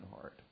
heart